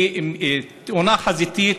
כי תאונה חזיתית,